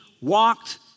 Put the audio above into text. walked